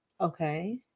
Okay